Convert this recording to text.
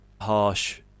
harsh